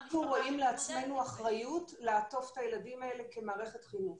אנחנו רואים לעצמנו אחריות לעטוף את הילדים האלה כמערכת חינוך.